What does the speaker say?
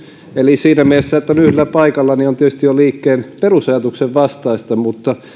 eli siinä mielessä se että on yhdellä paikalla on tietysti jo liikkeen perusajatuksen vastaista